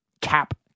cap